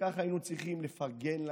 לפיכך היינו צריכים לפרגן להן,